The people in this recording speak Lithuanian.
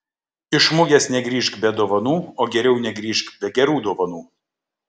iš mugės negrįžk be dovanų o geriau negrįžk be gerų dovanų